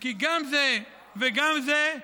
כי גם זה וגם זה,